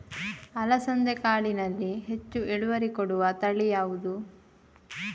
ಅಲಸಂದೆ ಕಾಳಿನಲ್ಲಿ ಹೆಚ್ಚು ಇಳುವರಿ ಕೊಡುವ ತಳಿ ಯಾವುದು?